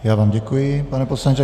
Já vám děkuji, pane poslanče.